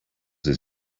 his